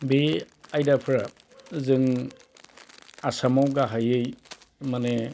बे आयदाफोरा जों आसामाव गाहायै माने